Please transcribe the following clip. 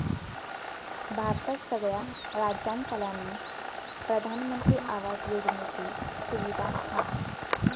भारतात सगळ्या राज्यांतल्यानी प्रधानमंत्री आवास योजनेची सुविधा हा